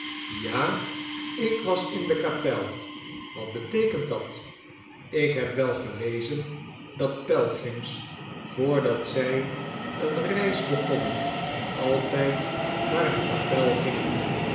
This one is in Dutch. ja ik was in de kapel wat beteekent dat ik heb wel gelezen dat pelgrims voordat zij eene reis begonnen altijd naar eene kapel gingen